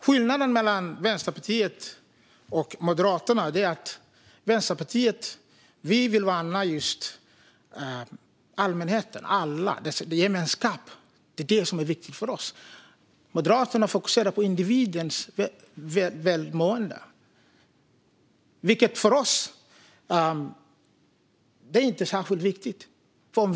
Skillnaden mellan Vänsterpartiet och Moderaterna är att vi i Vänsterpartiet vill värna allmänheten - alla i en gemenskap. Det är detta som är viktigt för oss. Moderaterna fokuserar på individens välmående, vilket inte är särskilt viktigt för oss.